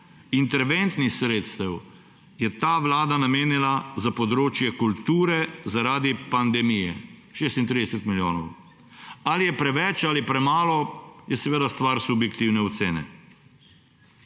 interventnih sredstev je ta vlada namenila za področje kulture zaradi pandemije, 36 milijonov. Ali je preveč, ali je premalo – to je seveda stvar subjektivne ocene.